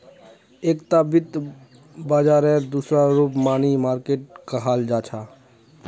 एकता वित्त बाजारेर दूसरा रूप मनी मार्किट कहाल जाहा